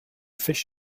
fish